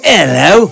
Hello